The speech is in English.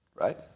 right